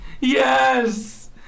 Yes